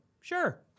Sure